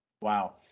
Wow